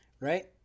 Right